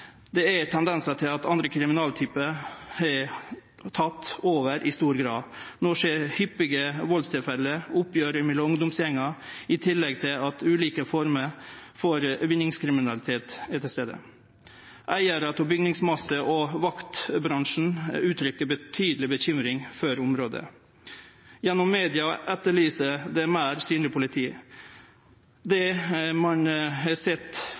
Det er tendensar til at andre kriminalitetstypar har teke over i stor grad. No ser vi hyppige valdstilfelle og oppgjer mellom ungdomsgjengar i tillegg til ulike former for vinningskriminalitet. Eigarar av bygningsmassen og vaktbransjen uttrykkjer betydeleg bekymring for området. Gjennom media vert det etterlyst eit meir synleg politi. Det ein har sett